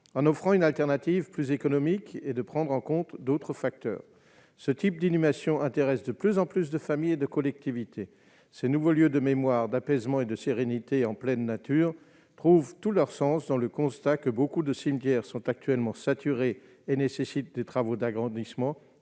en offrant une alternative plus économique et de prendre en compte d'autres facteurs, ce type d'inhumation intéresse de plus en plus de familles et de collectivités, ces nouveaux lieux de mémoire d'apaisement et de sérénité en pleine nature, trouvent tout leur sens dans le constat que beaucoup de cimetières sont actuellement saturés et nécessite des travaux d'agrandissement